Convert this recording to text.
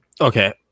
Okay